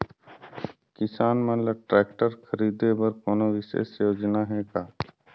किसान मन ल ट्रैक्टर खरीदे बर कोनो विशेष योजना हे का?